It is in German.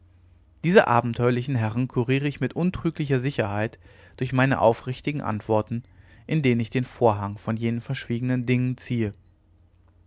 diese abenteuerlichen herren kuriere ich mit untrüglicher sicherheit durch meine aufrichtigen antworten in denen ich den vorhang von jenen verschwiegenen dingen ziehe